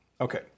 Okay